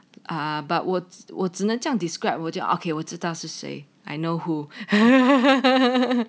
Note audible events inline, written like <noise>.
ah but 我我只能这样 described 我就 okay 我知道是谁 I know who <laughs>